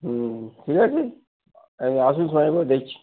হুম ঠিক আছে একবার আসুন সময় করে দেখছি